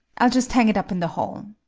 i'll just hang it up in the hall.